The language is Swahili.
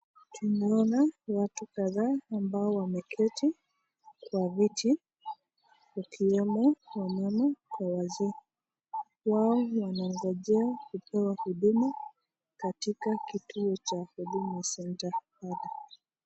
Tunaona watu kadhaa ambao wameketi kwa viti, ikiwamo wamama Na wazee, wao wanangojea kupewa huduma katika kituo cha huduma center.